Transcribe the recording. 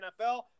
NFL